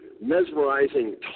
mesmerizing